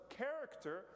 character